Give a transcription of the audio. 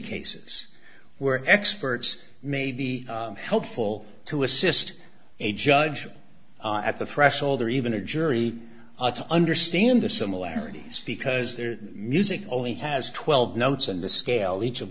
cases where experts may be helpful to assist a judge at the threshold or even a jury to understand the similarities because their music only has twelve notes in the scale each of